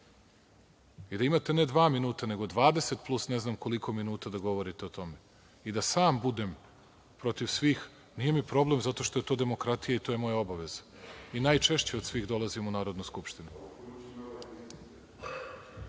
i da imate ne dva minuta, nego 20 plus ne znam koliko minuta da govorite o tome i da sam budem protiv svih, nije mi problem zato što je to demokratija i to je moja obaveza. I najčešće od svih dolazim u Narodnu skupštinu.(Vojislav